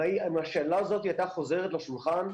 אם השאלה הזאת הייתה חוזרת לשולחן,